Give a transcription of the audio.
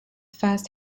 first